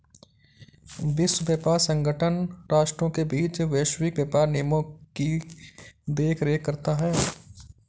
विश्व व्यापार संगठन राष्ट्रों के बीच वैश्विक व्यापार नियमों की देखरेख करता है